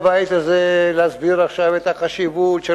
מהבית הזה הסבר עכשיו של החשיבות של